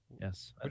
Yes